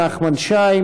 נחמן שי,